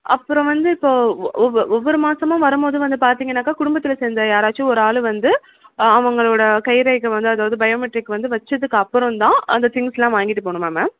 அப்புறம் வந்து இப்போது ஒவ் ஒவ் ஒவ்வொரு மாதமும் வரும் போதும் வந்து பார்த்திங்கனாக்கா குடும்பத்தில் சேந்த யாராச்சும் ஒரு ஆள் வந்து அவங்களோடய கை ரேகை வந்து அதாவது பயோமெட்ரிக் வந்து வச்சதுக்கு அப்புறந்தான் அந்த திங்ஸெலாம் வாங்கிட்டு போகணுமா மேம்